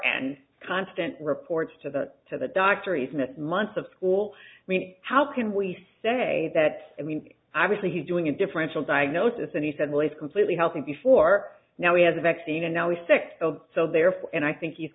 and constant reports to the to the doctor even if months of school me how can we say that i mean obviously he's doing a differential diagnosis and he said well he's completely healthy before now we had the vaccine and now he's sick so therefore and i think